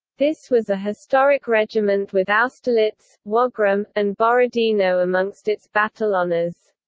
this was a historic regiment with austerlitz, wagram, and borodino amongst its battle honours.